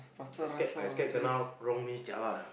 I scared I scared kena wrong means jialat lah